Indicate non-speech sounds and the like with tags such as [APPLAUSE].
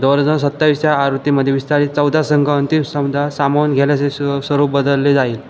दोन हजार सत्तावीसच्या आवृत्तीमध्ये विस्तारित चौदा संघ अंतिम संघ सामावून घेण्याचे [UNINTELLIGIBLE] स्वरूप बदलले जाईल